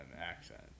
accent